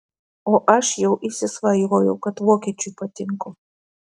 o aš jau įsisvajojau kad vokiečiui patinku